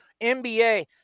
NBA